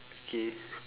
okay